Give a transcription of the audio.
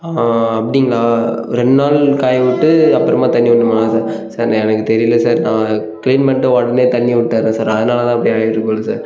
ஆ அப்படிங்களா ரெண்டு நாள் காய விட்டு அப்புறமா தண்ணி விட்ணுமா சார் சார் எனக்கு தெரிலை சார் நான் க்ளீன் பண்ணிட்டு உடனே தண்ணி விட்டறேன் சார் அதனால் தான் அப்படி ஆயிட்டிருக்கு போலே சார்